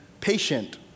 patient